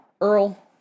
Earl